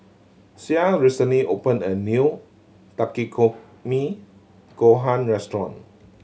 Sie recently opened a new Takikomi Gohan Restaurant